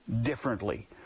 differently